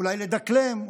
אולי לדקלם,